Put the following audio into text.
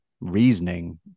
reasoning